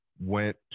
went